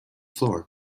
floor